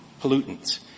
pollutants